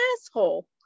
asshole